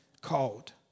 called